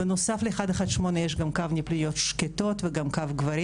בנוסף ל-118 יש קו לפניות שקטות וגם קו גברים.